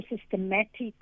systematic